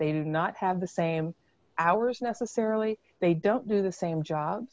they do not have the same hours necessarily they don't do the same job